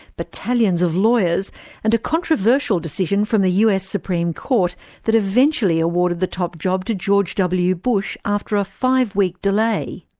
battalions of lawyers and a controversial decision from the us supreme court that eventually awarded the top job to george w. bush after a five week delay.